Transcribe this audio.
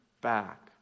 back